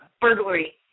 burglary